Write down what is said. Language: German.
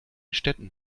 städten